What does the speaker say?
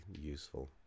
useful